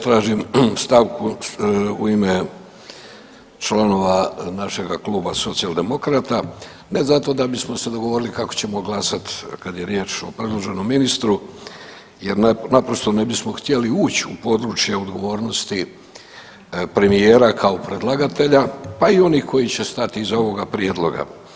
Ja tražim stanku u ime članova našega kluba Socijaldemokrata ne zato da bismo se dogovorili kako ćemo glasat kad je riječ o predloženom ministru jer naprosto ne bismo htjeli uć u područje odgovornosti premijera kao predlagatelja pa i onih koji će stati iza ovog prijedloga.